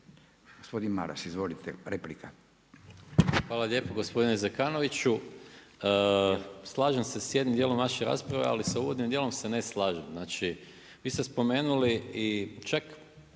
**Maras, Gordan (SDP)** Hvala lijepo gospodine Zekanoviću. Slažem se sa jednim dijelom vaše rasprave, ali sa uvodnim dijelom se ne slažem. Znači, vi ste spomenuli i čak